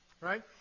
Right